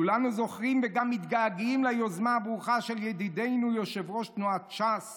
כולנו זוכרים וגם מתגעגעים ליוזמה הברוכה של ידידנו יושב-ראש תנועת ש"ס